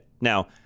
Now